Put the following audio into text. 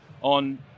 on